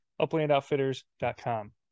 uplandoutfitters.com